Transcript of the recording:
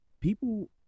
People